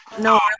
No